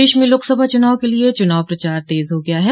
प्रदेश में लोकसभा चुनाव के लिये चुनाव प्रचार तेज हो गया है